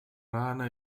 rana